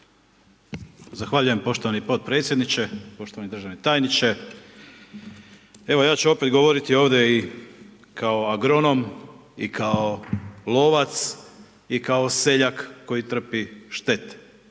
Zahvaljujem poštovani potpredsjedniče, poštovani državni tajniče. Evo ja ću opet govoriti ovdje i kao agronom i kao lovac i kao seljak koji trpi štete,